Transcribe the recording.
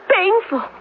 painful